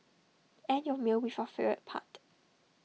end your meal with your favourite part